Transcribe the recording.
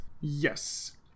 Yes